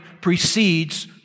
precedes